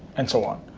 and so on.